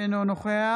אינו נוכח